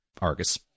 Argus